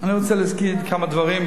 אני רוצה להזכיר כמה דברים,